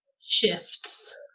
shifts